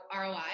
ROI